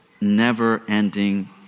never-ending